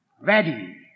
ready